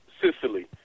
Sicily